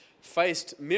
faced